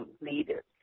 leaders